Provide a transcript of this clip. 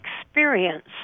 experience